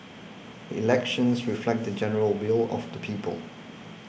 elections reflect the general will of the people